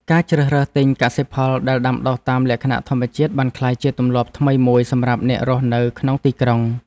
ការជ្រើសរើសទិញកសិផលដែលដាំដុះតាមលក្ខណៈធម្មជាតិបានក្លាយជាទម្លាប់ថ្មីមួយសម្រាប់អ្នករស់នៅក្នុងទីក្រុង។